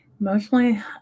Emotionally